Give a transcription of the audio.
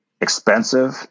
expensive